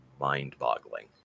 mind-boggling